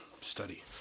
study